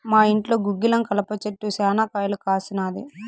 మా ఇంట్లో గుగ్గిలం కలప చెట్టు శనా కాయలు కాసినాది